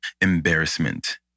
embarrassment